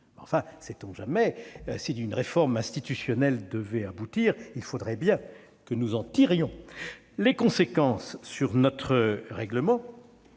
en soit, si une réforme institutionnelle devait aboutir, il faudrait bien que nous en tirions les conséquences sur notre règlement.